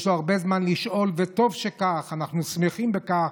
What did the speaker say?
יש לו הרבה זמן לשאול, וטוב שכך, אנחנו שמחים בכך.